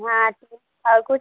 हाँ तो और कुछ